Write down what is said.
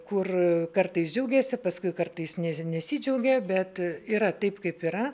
kur kartais džiaugėsi paskui kartais nesi nesidžiaugė bet yra taip kaip yra